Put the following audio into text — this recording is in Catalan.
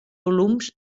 volums